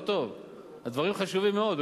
הדברים חשובים מאוד,